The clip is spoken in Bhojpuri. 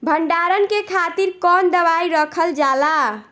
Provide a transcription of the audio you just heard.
भंडारन के खातीर कौन दवाई रखल जाला?